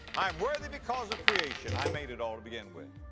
i'm worthy because of creation i made it all to begin with.